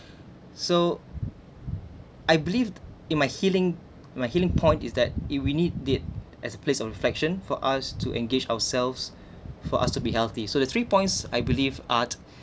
so I believed in my healing my healing point is that if we need it as a place of reflection for us to engage ourselves for us to be healthy so the three points I believe art